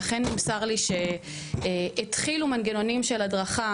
ואכן נמסר לי שהתחילו מנגנונים של הדרכה